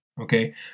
Okay